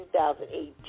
2018